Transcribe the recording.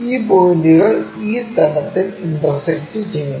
ഈ പോയിന്റുകൾ ഈ തലത്തിൽ ഇന്റർസെക്ക്ട് ചെയ്യുന്നു